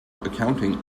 accounting